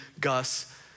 Gus